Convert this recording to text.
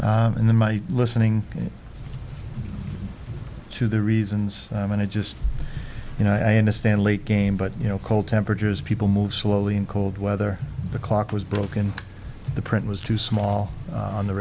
say and then my listening to the reasons and i just you know i understand late game but you know cold temperatures people move slowly in cold weather the clock was broken the print was too small on the